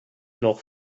noch